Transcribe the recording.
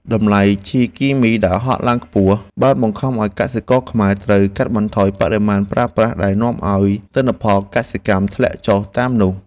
តម្លៃជីគីមីដែលហក់ឡើងខ្ពស់បានបង្ខំឱ្យកសិករខ្មែរត្រូវកាត់បន្ថយបរិមាណប្រើប្រាស់ដែលនាំឱ្យទិន្នផលកសិកម្មធ្លាក់ចុះតាមនោះ។